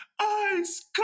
ice